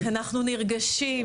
אנחנו נרגשים